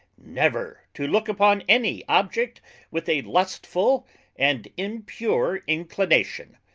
never to look upon any object with a lustfull and impure inclination.